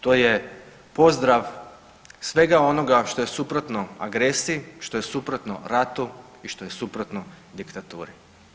To je pozdrav svega onoga što je suprotno agresiji, što je suprotno ratu i što je suprotno diktaturi.